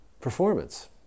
performance